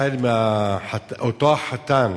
החל מאותו החתן